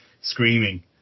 screaming